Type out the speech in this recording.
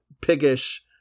piggish